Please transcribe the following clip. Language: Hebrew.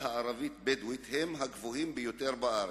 הערבית-בדואית הוא הגבוה ביותר בארץ.